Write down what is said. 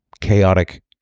chaotic